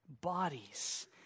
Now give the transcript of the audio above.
bodies